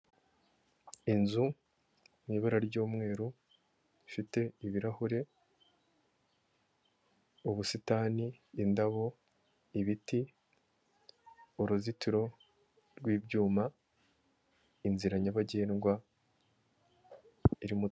Inzu mu ibara ry'umweru, ifite ibirahure, ubusitani, indabo, ibiti, uruzitiro rw'ibyuma, inzira nyabagendwa.